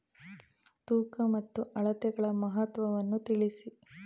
ತೂಕ ಮತ್ತು ಅಳತೆಗಳ ಮಹತ್ವವನ್ನು ತಿಳಿಸಿ?